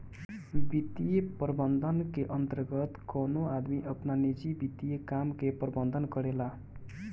वित्तीय प्रबंधन के अंतर्गत कवनो आदमी आपन निजी वित्तीय काम के प्रबंधन करेला